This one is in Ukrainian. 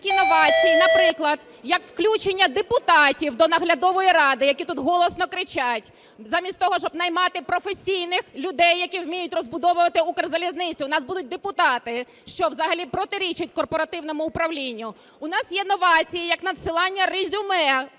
Є такі новації, наприклад, як включення депутатів до наглядової ради, які тут голосно кричать. Замість того, щоб наймати професійних людей, які вміють розбудовувати Укрзалізницю, у нас будуть депутати, що взагалі протирічить корпоративному управлінню. У нас є новації, як надсилання резюме